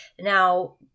Now